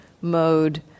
mode